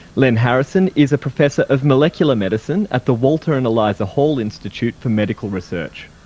len harrison is a professor of molecular medicine at the walter and eliza hall institute for medical research.